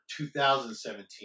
2017